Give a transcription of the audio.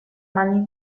mani